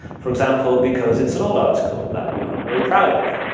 for example because it's an old article that you're not very proud of.